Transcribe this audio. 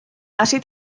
así